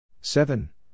seven